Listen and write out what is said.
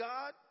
God